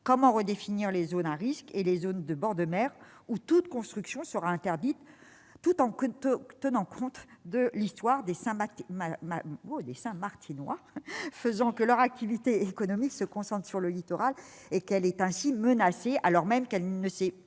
comment redéfinir les zones à risques et les zones de bord de mer où toute construction sera interdite tout en tenant compte de l'histoire des Saint-Martinois ? De fait, l'activité économique, concentrée sur le littoral, est menacée, alors même que la population